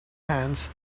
hands